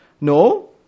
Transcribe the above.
No